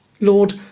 Lord